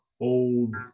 old